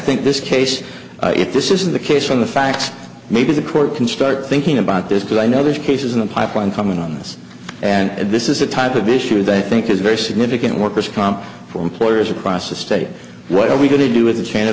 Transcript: think this case if this isn't the case on the facts maybe the court can start thinking about this because i know there's cases in the pipeline come in on this and this is a type of issue they think is very significant worker's comp for employers across the state what are we going to do with the chain of